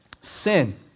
Sin